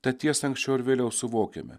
tą tiesąanksčiau ar vėliau suvokiame